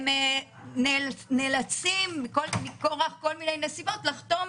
הם נאלצים מכורח כל מיני סיבות לחתום